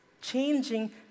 Changing